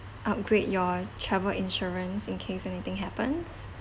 upgrade your travel insurance in case anything happens